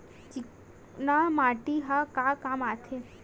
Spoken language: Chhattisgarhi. चिकना माटी ह का काम आथे?